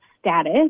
status